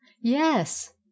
yes